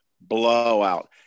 blowout